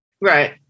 Right